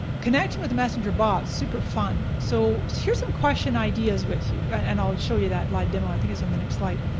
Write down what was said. connecting with messenger bots is super fun. so here's some question ideas with you, and i'll show you that live demo, i think it's on the next slide.